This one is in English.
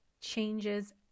changes